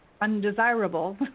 undesirable